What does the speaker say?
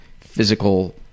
physical